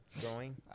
Growing